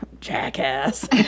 jackass